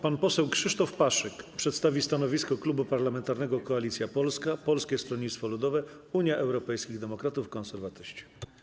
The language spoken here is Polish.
Pan poseł Krzysztof Paszyk przedstawi stanowisko Klubu Parlamentarnego Koalicja Polska - Polskie Stronnictwo Ludowe, Unia Europejskich Demokratów, Konserwatyści.